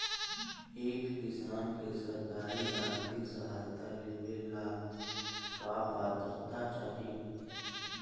एक किसान के सरकारी आर्थिक सहायता लेवेला का पात्रता चाही?